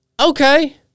okay